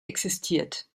existiert